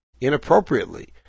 inappropriately